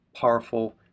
powerful